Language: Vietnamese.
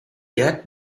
chết